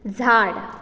झाड